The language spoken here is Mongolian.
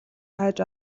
хайж